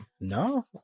No